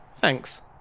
thanks